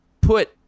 put